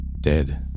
dead